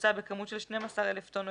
בוצה בכמות של שנים עשר אלף טון או